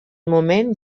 moment